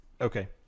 Okay